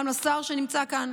גם לשר שנמצא כאן,